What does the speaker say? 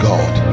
God